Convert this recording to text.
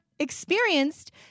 experienced